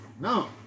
No